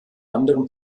anderem